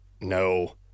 No